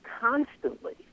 constantly